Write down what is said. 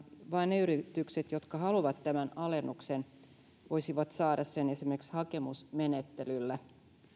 vain ne yritykset jotka haluavat tämän alennuksen voisivat saada sen esimerkiksi hakemusmenettelyllä